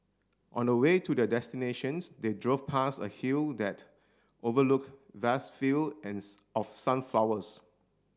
on the way to their destinations they drove past a hill that overlooked vast field of sunflowers